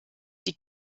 die